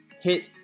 hit